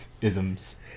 Isms